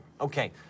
Okay